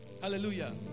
Hallelujah